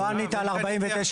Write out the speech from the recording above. לא ענית על 49(ז).